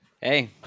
Hey